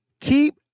Keep